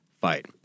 fight